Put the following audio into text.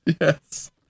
Yes